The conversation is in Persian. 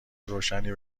روشنی